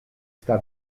sta